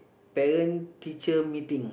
parent teacher meeting